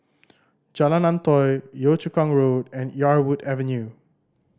Jalan Antoi Yio Chu Kang Road and Yarwood Avenue